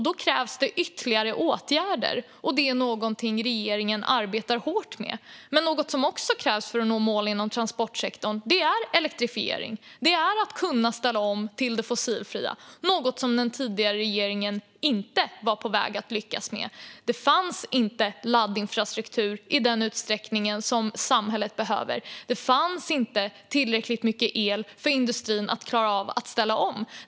Då krävs det ytterligare åtgärder, och det är någonting som regeringen arbetar hårt med. Något som också krävs för att nå mål inom transportsektorn är elektrifiering och att kunna ställa om till det fossilfria. Detta var den tidigare regeringen inte på väg att lyckas med. Det fanns inte laddinfrastruktur i den utsträckning som samhället behöver. Det fanns inte tillräckligt mycket el för att industrin skulle klara av att ställa om.